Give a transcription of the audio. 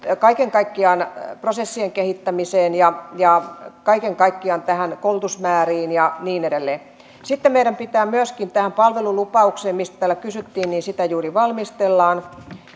kaiken kaikkiaan prosessien kehittämiseen ja ja kaiken kaikkiaan näihin koulutusmääriin ja niin edelleen sitten meidän pitää kiinnittää huomiota myöskin tähän palvelulupaukseen mistä täällä kysyttiin sitä juuri valmistellaan